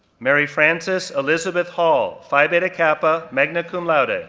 mary-frances elizabeth hall, phi beta kappa, magna cum laude, ah